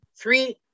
three